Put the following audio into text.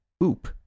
Oop